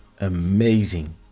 amazing